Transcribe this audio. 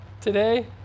today